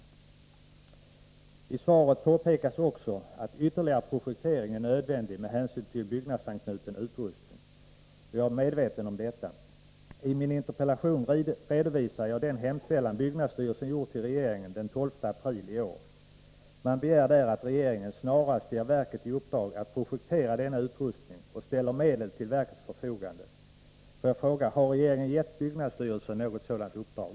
Nr 38 I svaret påpekas också att ytterligare projektering är nödvändig med Fredagen den hänsyn till byggnadsanknuten utrustning. Jag är medveten om detta. I min Adecember 1983 interpellation redovisar jag den hemställan byggnadsstyrelsen gjort till regeringen den 12 april i år. Man begär där att regeringen snarast ger verket i uppdrag att projektera denna utrustning och ställer medel till verkets Om nybyggnad för förfogande. Har regeringen gett byggnadsstyrelsen något sådant uppdrag?